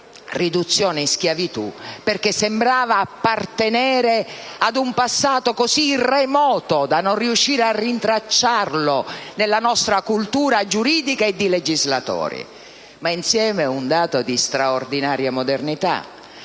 riduzione in schiavitù, perché sembrava appartenere ad un passato così remoto da non riuscire a rintracciarlo nella nostra cultura giuridica e di legislatore). Ma ha, insieme, un dato di straordinaria modernità,